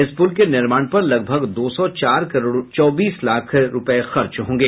इस पुल के निर्माण पर लगभग दो सौ चार करोड़ चौबीस लाख रूपये खर्च होंगे